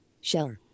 shell